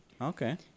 Okay